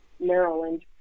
Maryland